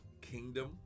Kingdom